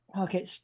Okay